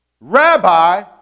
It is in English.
Rabbi